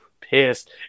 pissed